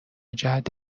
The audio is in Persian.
جهت